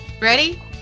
Ready